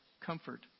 comfort